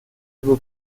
vos